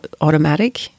automatic